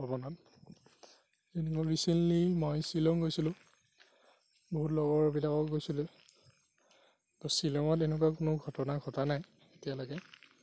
ভ্ৰমণত ৰিচেণ্টলি মই শ্বিলং গৈছিলোঁ বহুত লগৰবিলাকো গৈছিলে ত' শ্বিলঙত এনেকুৱা কোনো ঘটনা ঘটা নাই এতিয়ালৈকে